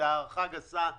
זו הערכה גסה מאוד.